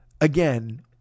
again